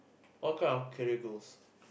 what kind of career goals